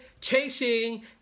chasing